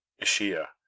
ischia